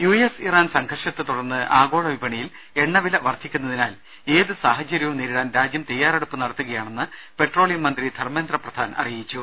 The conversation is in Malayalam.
യു എസ് ഇറാൻ സംഘർഷത്തെ തുടർന്ന് ആഗോള വിപണിയിൽ എണ്ണവില വർദ്ധിക്കുന്നതിനാൽ ഏതു സാഹചര്യവും നേരിടാൻ രാജ്യം തയ്യാറെടുപ്പ് നടത്തുകയാണെന്ന് പെട്രോളിയം മന്ത്രി ധർമ്മേന്ദ്രപ്രധാൻ അറി യിച്ചു